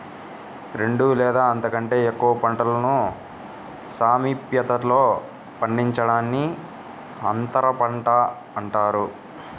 రెండు లేదా అంతకంటే ఎక్కువ పంటలను సామీప్యతలో పండించడాన్ని అంతరపంట అంటారు